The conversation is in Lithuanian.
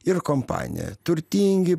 ir kompanija turtingi